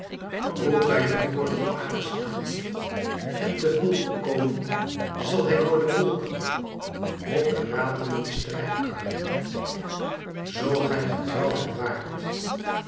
roep bij den gordel ares aan en te hulpe komen zal hij door de wolken op de ratelende strijdkar zoo gij getrouw hem waart